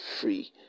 free